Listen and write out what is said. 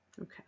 Okay